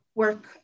work